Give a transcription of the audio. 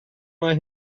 mae